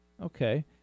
Okay